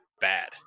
bad